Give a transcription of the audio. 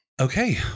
Okay